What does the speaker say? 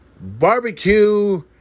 barbecue